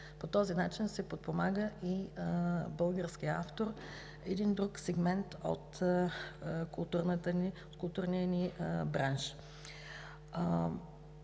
по този начин се подпомага и българският автор – един друг сегмент от културния ни бранш.